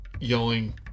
yelling